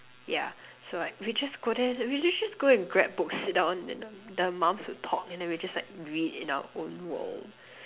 yeah so like we just go there we just go and grab books sit down and then the mums will talk and then we just like read in our own world